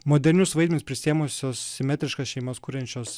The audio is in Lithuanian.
modernius vaidmenis prisiėmusios simetriškas šeimas kuriančios